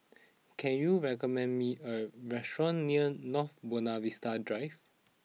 can you recommend me a restaurant near North Buona Vista Drive